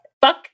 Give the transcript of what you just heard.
Fuck